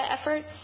efforts